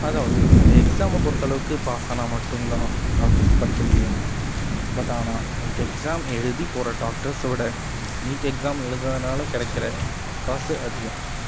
அதாவது அந்த எக்ஸாமை பொறுத்தளவுக்கு பாஸானால் மட்டும்தான் டாக்டர்ஸ் படிக்க முடியும் பட் ஆனால் நீட் எக்ஸாம் எழுதி போகிற டாக்டர்ஸோடய நீட் எக்ஸாம் எழுதாதினால கிடைக்கிற காசு அதிகம்